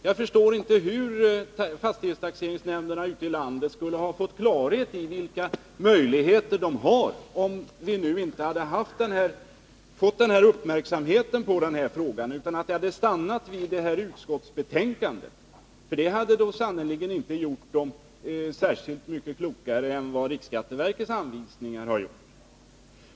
Jag förstår inte hur fastighetstaxeringsnämnderna ute i landet skulle ha fått klarhet i vilka möjligheter de har, om inte denna fråga hade uppmärksammats på detta sätt utan det hade stannat vid utskottsbetänkandet. Det hade då sannerligen inte gjort dem särskilt mycket klokare än vad riksskatteverkets anvisningar har gjort.